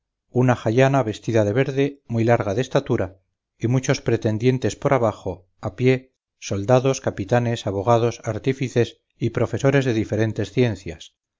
una jayana vestida de verde muy larga de estatura y muchos pretendientes por abajo a pie soldados capitanes abogados artífices y profesores de diferentes ciencias